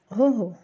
हो हो